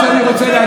אתה תקשיב לי.